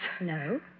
No